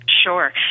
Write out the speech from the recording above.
Sure